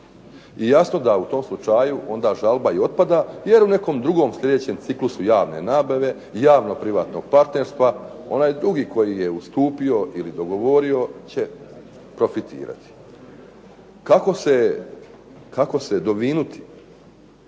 Jasno da u tom slučaju onda žalba i otpada jer u nekom drugom sljedećem ciklusu javne nabave i javnog privatnog partnerstva onaj drugi koji je ustupio ili dogovorio će profitirati. Kako se dovinuti